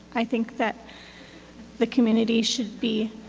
i think that the community should be